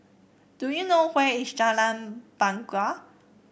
do you know where is Jalan Bangau